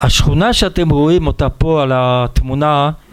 השכונה שאתם רואים אותה פה על התמונה,